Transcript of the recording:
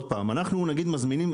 אנחנו מזמינים,